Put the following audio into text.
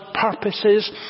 purposes